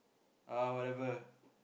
uh whatever